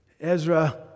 Ezra